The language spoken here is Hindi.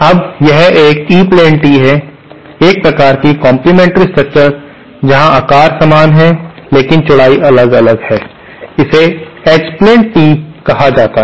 अब यह एक ई प्लेन टी है एक प्रकार की कम्प्लीमेंट्री स्ट्रक्चर जहां आकार समान है लेकिन चौड़ाई अलग अलग है जिसे एच प्लेन टी कहा जाता है